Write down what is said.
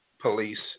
Police